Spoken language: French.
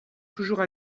toujours